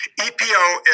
EPO